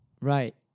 Right